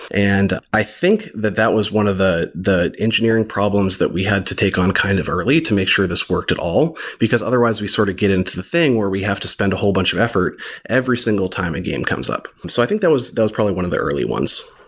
and i think that that was one of the the engineering problems that we had to take on kind of early to make sure this worked at all. because otherwise we sort of get into the thing where we have to spend a whole bunch of effort every single time a game comes up. so i think that was probably one of the early ones.